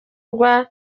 rwa